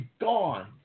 gone